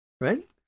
Right